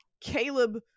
Caleb